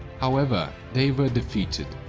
however, they were defeated.